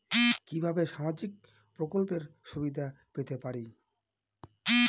কিভাবে সামাজিক প্রকল্পের সুবিধা পেতে পারি?